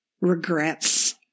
regrets